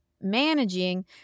managing